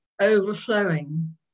overflowing